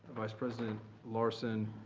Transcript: vice president larson,